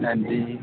हां जी